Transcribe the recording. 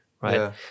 Right